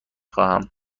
خواهم